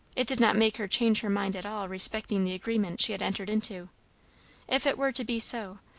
it did not make her change her mind at all respecting the agreement she had entered into if it were to be so,